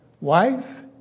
wife